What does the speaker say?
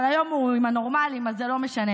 אבל היום הוא עם הנורמליים, אז זה לא משנה.